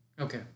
Okay